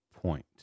point